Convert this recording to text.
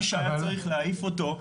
מי שהיה צריך להעיף אותו,